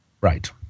Right